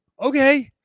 okay